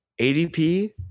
ADP